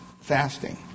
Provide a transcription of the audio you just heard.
fasting